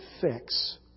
fix